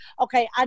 Okay